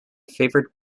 favoured